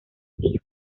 hijos